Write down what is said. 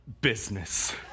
business